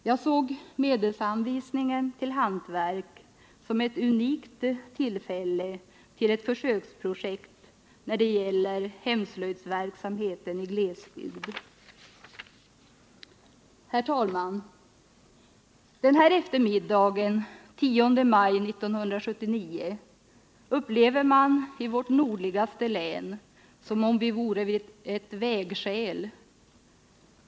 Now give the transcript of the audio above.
Jag såg medelsanvisningen till hantverk som ett unikt tillfälle till ett försöksprojekt när det gäller hemslöjdsverksamheten i glesbygd. Herr talman! Den här eftermiddagen, den 10 maj 1979, upplever man det i vårt nordligaste län som om vi vore vid ett vägskäl.